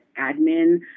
admin